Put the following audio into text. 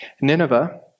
Nineveh